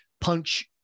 punch